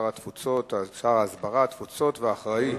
שר ההסברה והתפוצות והאחראי